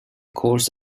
course